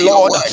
Lord